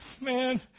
Man